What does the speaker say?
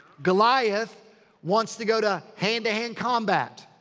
goliath wants to go to hand to hand combat.